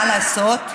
מה לעשות,